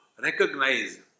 Recognize